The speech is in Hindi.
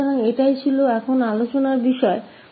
तो यह अब चर्चा का विषय था